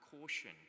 caution